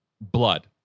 blood